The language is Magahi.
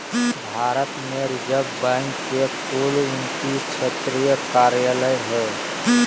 भारत में रिज़र्व बैंक के कुल उन्तीस क्षेत्रीय कार्यालय हइ